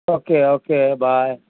okay okay bye